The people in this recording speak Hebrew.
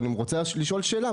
אבל אני רוצה לשאול שאלה,